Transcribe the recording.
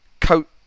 coat